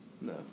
No